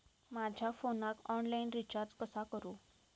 माझ्या फोनाक online recharge कसा करू?